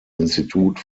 institut